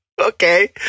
Okay